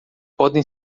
podem